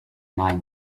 mine